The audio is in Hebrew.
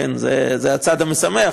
זה הצד המשמח,